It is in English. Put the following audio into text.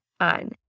on